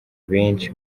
benshi